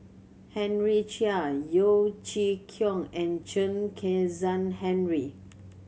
Henry Chia Yeo Chee Kiong and Chen Kezhan Henri